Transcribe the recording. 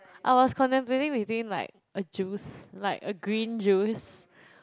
I was contemplating between like a juice like a green juice